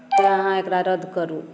तऽ अहाँ एकरा रद्द करु